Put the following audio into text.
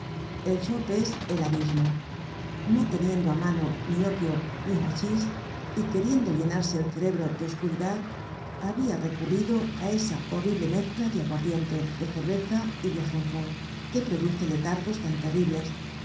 el chope es el abismo no teniendo á mano ni opio ni has chich y queriendo llenarse el cerebro de oscuridad habia recurrido á esa horrible mezcla de aguardiente de cerveza y de ajenjo que produce letargos tan terribles